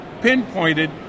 pinpointed